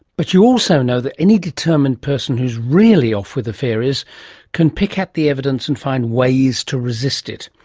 but you also know that any determined person who's really off with the fairies can pick at the evidence and find ways to resist it,